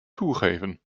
toegeven